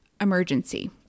emergency